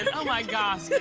and oh, my gosh. but